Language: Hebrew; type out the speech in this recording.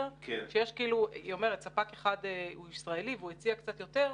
היא אומרת שספק אחד הוא ישראלי והוא הציע קצת יותר,